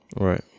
Right